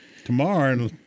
Tomorrow